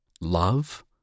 love